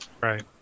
Right